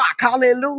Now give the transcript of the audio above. Hallelujah